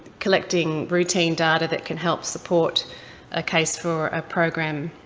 collecting routine data that can help support a case for a program.